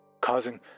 causing